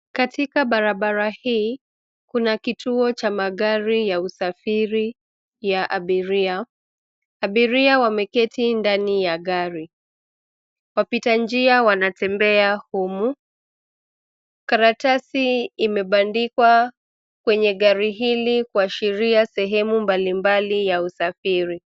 Katika barabara hii kuna kituo cha magari ya usafiri ya abiria. Abiria wameketi ndani ya gari. Wapita njia wanatembea humu. Karatasi imebandikwa kwenye gari hili kuashiria sehemu mbalimbali ya usafiri.